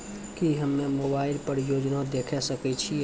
की हम्मे मोबाइल पर योजना देखय सकय छियै?